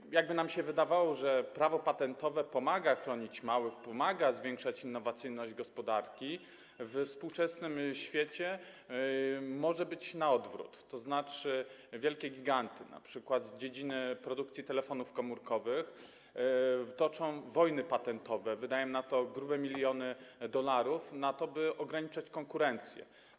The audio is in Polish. Jakkolwiek by nam się wydawało, że prawo patentowe pomaga chronić małych, pomaga zwiększać innowacyjność gospodarki, we współczesnym świecie może być na odwrót, tzn. wielkie giganty, np. z dziedziny produkcji telefonów komórkowych, toczą wojny patentowe, wydają grube miliony dolarów na to, by ograniczać konkurencję.